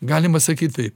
galima sakyt tai